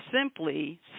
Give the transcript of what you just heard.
simply